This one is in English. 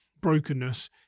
brokenness